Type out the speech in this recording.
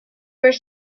were